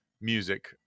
music